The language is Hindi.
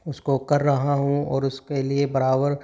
उस को कर रहा हूँ और उस के लिए बराबर